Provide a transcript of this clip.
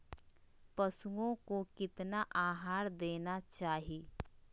पशुओं को कितना आहार देना चाहि?